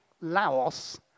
Laos